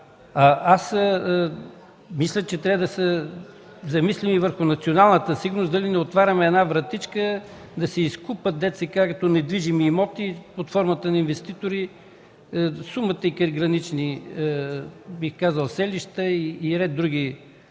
Мисля, че трябва да се замислим и върху националната сигурност – дали да не отворим една вратичка да се изкупят като недвижими имоти под формата на инвеститори сума ти крайгранични селища и ред други